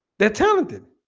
they're talented